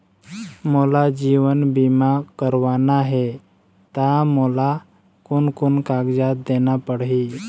मोला जीवन बीमा करवाना हे ता मोला कोन कोन कागजात देना पड़ही?